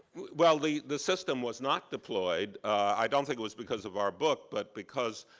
while the the system was not deployed, i don't think it was because of our book but because,